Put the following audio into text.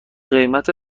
قیمت